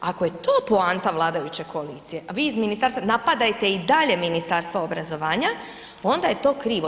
Ako je to poanta vladajuće koalicije, a vi iz ministarstva, napadajte i dalje Ministarstvo obrazovanja, onda je to krivo.